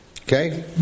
Okay